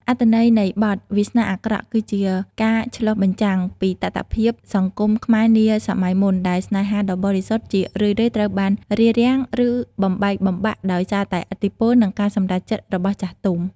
អត្ថន័យនៃបទ "វាសនាអាក្រក់" គឺជាការឆ្លុះបញ្ចាំងពីតថភាពសង្គមខ្មែរនាសម័យមុន ដែលស្នេហាដ៏បរិសុទ្ធជារឿយៗត្រូវបានរារាំង ឬបំបែកបំបាក់ដោយសារតែឥទ្ធិពល និងការសម្រេចចិត្តរបស់ចាស់ទុំ។